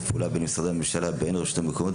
פעולה בין משרדי הממשלה ובין הרשויות המקומיות,